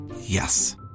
Yes